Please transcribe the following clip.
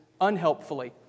unhelpfully